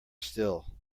still